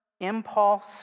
impulse